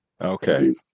Okay